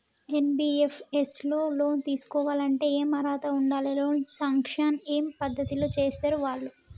NBFS లో loan తీస్కోవాలంటే ఏం అర్హత ఉండాలి? లోన్ సాంక్షన్ ఏ పద్ధతి లో చేస్తరు వాళ్లు?